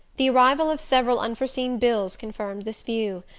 the arrival of several unforeseen bills confirmed this view,